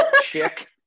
Chick